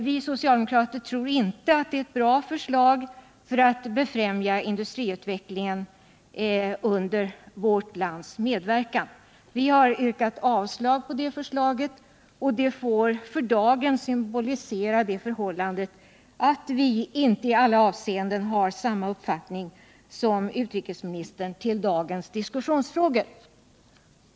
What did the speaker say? Vi socialdemokrater tror inte att det är ett bra förslag när det gäller att befrämja industriutvecklingen under vårt lands medverkan. Vi har yrkat avslag på detta förslag, och det får för dagen symbolisera det förhållandet att vi inte i alla avseenden har samma uppfattning som utrikesministern beträffande dagens diskussionsfrågor.